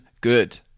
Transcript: good